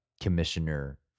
commissioner